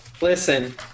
Listen